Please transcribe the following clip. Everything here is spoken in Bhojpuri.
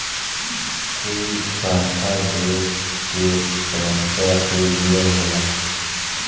कुल संस्था देस के समस्या से जुड़ल होला